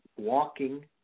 walking